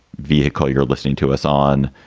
vehicle you're listening to us on,